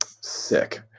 Sick